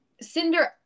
Cinder